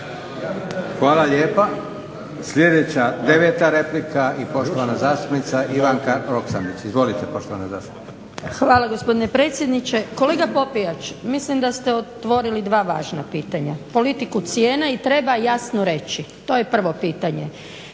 Hvala lijepa. Sljedeća, 9 replika i poštovana zastupnica Ivanka Roksandić. Izvolite poštovana zastupnice. **Roksandić, Ivanka (HDZ)** Hvala gospodine predsjedniče. Kolega Popijač mislim da ste otvorili dva važna pitanja, politiku cijena i treba jasno reći to je prvo pitanje.